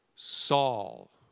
Saul